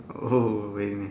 oh really